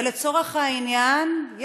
ולצורך העניין,